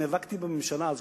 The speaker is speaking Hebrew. נאבקתי בממשלה אז,